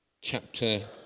chapter